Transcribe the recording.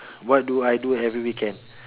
what do I do every weekend